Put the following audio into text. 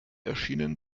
erschienen